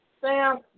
Sam